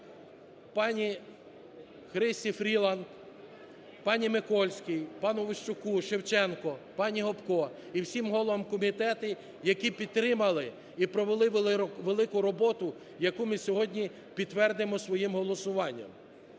пані Христі Фріланд, пані Микольській, пану Ващуку, Шевченко, пані Гопко і всім головам комітетів, які підтримали і провели велику роботу, яку ми сьогодні підтвердимо своїм голосуванням.